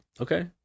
Okay